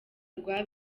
rwa